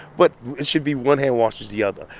but it should be one hand washes the other.